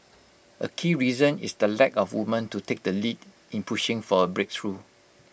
A key reason is the lack of women to take the lead in pushing for A breakthrough